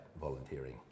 volunteering